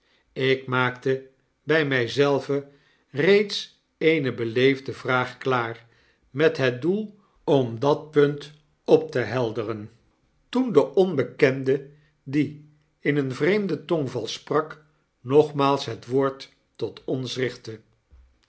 ik maakte bij my zelven reeds eene beleefde vraag klaar met het doel om dat punt op tehelderen toendeonbekende die in een vreemden tongval sprak nogmaals het woord tot ons richtte